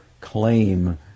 claim